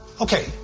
Okay